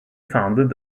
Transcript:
founded